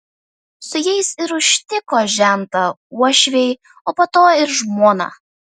su jais ir užtiko žentą uošviai o po to ir žmona